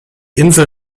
insel